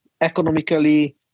economically